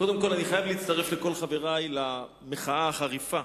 קודם כול אני חייב להצטרף לכל חברי למחאה החריפה,